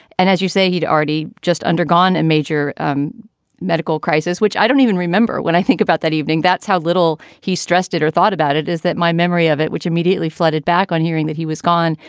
and as you say, he'd already just undergone a and major um medical crisis, which i don't even remember when i think about that evening. that's how little he stressed it or thought about it. is that my memory of it, which immediately flooded back on hearing that he was gone,